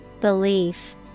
Belief